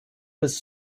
was